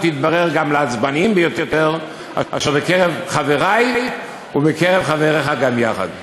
תתברר גם לעצבניים ביותר אשר בקרב חברי ובקרב חבריך גם יחד."